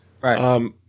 Right